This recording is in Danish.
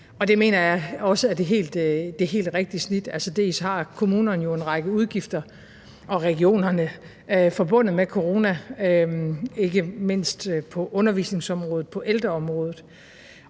det mener jeg også er det helt rigtige snit. Dels har kommunerne og regionerne jo en række udgifter forbundet med corona, ikke mindst på undervisningsområdet og på ældreområdet,